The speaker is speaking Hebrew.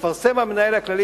יפרסם המנהל הכללי,